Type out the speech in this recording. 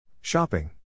Shopping